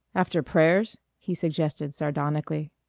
after prayers? he suggested sardonically.